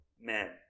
men